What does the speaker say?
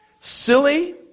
silly